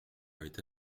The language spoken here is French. avait